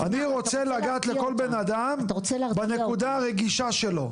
אני רוצה לגעת לכל בנאדם בנקודה הרגישה שלו.